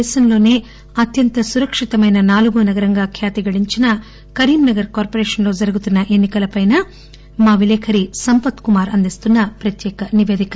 దేశంలోనే అత్యంత సురక్షితమైన నాల్గవ నగరంగా ఖ్యాతిగడించిన కరీంనగర్ కార్చొరేషన్ లో జరుగుతున్న ఎన్ని కలపై మా విలేకరి సంపత్ కుమార్ అందిస్తున్న ప్రత్యేక నిపేదిక